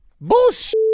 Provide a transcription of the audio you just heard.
Bullshit